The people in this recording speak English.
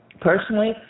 Personally